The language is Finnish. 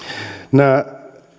nämä